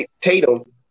Tatum